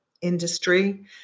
industry